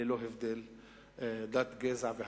ללא הבדל דת, גזע והשקפה.